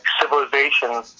civilization